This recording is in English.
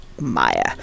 Maya